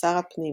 ושר הפנים,